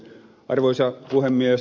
arvoisa puhemies